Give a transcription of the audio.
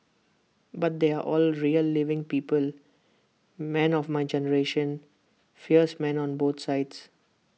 but they are all real living people men of my generation fierce men on both sides